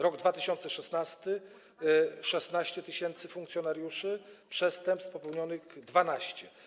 Rok 2016: 16 tys. funkcjonariuszy, przestępstw popełnionych - 12.